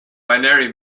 binary